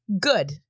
good